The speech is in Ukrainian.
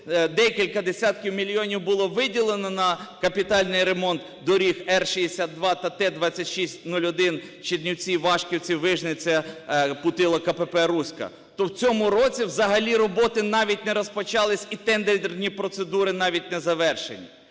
декілька десятків мільйонів було виділено на капітальний ремонт доріг Р-62 та Т-2601 Чернівці – Вашківці – Вижниця – Путила - КПП "Руська". То в цьому році взагалі роботи навіть не розпочались, і тендерні процедури навіть не завершені.